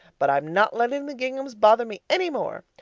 but i'm not letting the ginghams bother me any more.